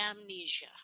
amnesia